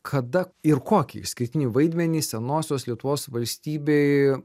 kada ir kokį išskirtinį vaidmenį senosios lietuvos valstybei